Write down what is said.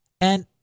And